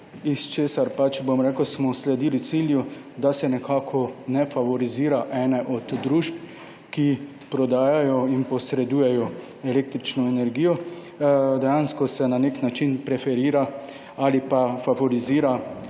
d. o. o., ker smo sledili cilju, da se nekako ne favorizira ena od družb, ki prodajajo in posredujejo električno energijo. Dejansko se na nek način preferira ali pa favorizira